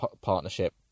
partnership